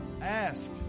ask